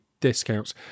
discounts